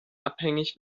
abhängig